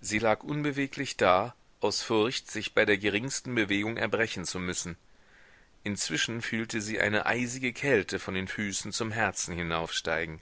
sie lag unbeweglich da aus furcht sich bei der geringsten bewegung erbrechen zu müssen inzwischen fühlte sie eine eisige kälte von den füßen zum herzen hinaufsteigen